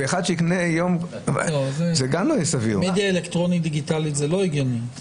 אחד שיקנה --- במדיה אלקטרונית-דיגיטלית זה לא הגיוני.